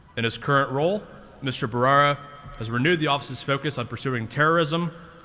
in his current role, mr. bharara has renewed the office's focus on pursuing terrorism,